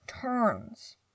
turns